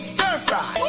Stir-fry